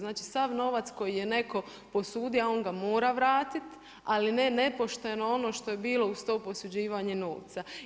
Znači sav novac koji je netko, a on ga mora vratiti, ali ne nepošteno ono što je bilo uz to posuđivanje novca.